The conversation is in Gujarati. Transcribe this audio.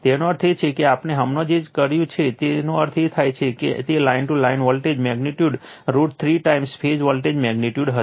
તેનો અર્થ એ છે કે આપણે હમણાં જે કંઈ કર્યું છે તેનો અર્થ એ થાય છે કે તે line to line voltage magnitude root 3 time phase voltage magnitude હશે